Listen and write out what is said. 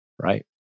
right